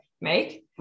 make